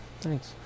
Thanks